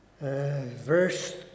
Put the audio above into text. verse